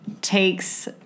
takes –